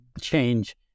change